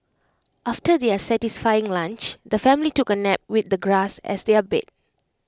after their satisfying lunch the family took A nap with the grass as their bed